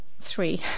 three